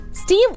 Steve